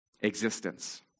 existence